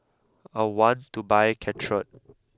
I want to buy Caltrate